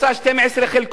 12 חלקות.